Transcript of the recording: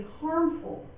harmful